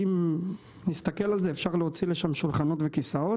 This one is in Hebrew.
אם נסתכל על זה אפשר להוציא לשם שולחנות וכיסאות.